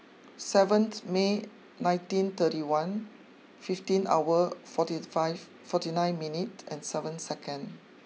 seventh May nineteen thirty one fifteen hour forty five forty nine minute and seven second